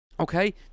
Okay